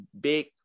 big